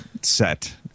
set